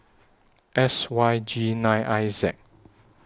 S Y G nine I Z